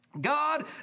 God